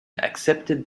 accepted